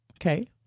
Okay